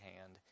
hand